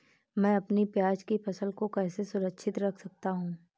मैं अपनी प्याज की फसल को कैसे सुरक्षित रख सकता हूँ?